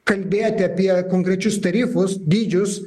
kalbėjot apie konkrečius tarifus dydžius